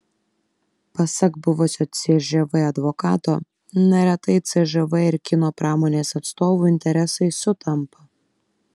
pasak buvusio cžv advokato neretai cžv ir kino pramonės atstovų interesai sutampa